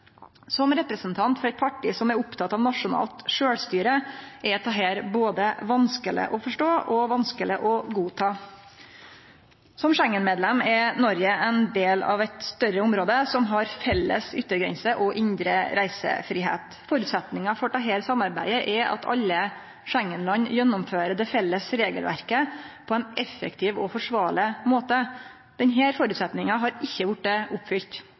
Som representant for eit parti som er oppteke av nasjonalt sjølvstyre, er dette både vanskeleg å forstå og vanskeleg å godta. Som Schengen-medlem er Noreg ein del av eit større område som har felles yttergrense og indre reisefridom. Føresetnaden for dette samarbeidet er at alle Schengen-landa gjennomfører det felles regelverket på ein effektiv og forsvarleg måte. Denne føresetnaden har ikkje vorte oppfylt.